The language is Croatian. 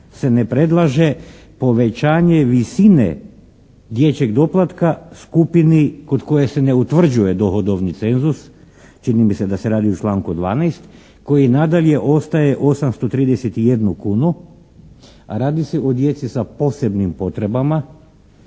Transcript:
se ne predlaže povećanje visine dječjeg doplatka skupini kod koje se ne utvrđuje dohodovni cenzus, čini mi se da se radi o članku 12. koji nadalje ostaje 831 kunu a radi se o djeci sa posebnim potrebama